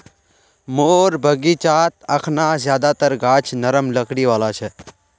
मोर बगीचात अखना ज्यादातर गाछ नरम लकड़ी वाला छ